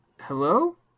Hello